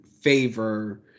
favor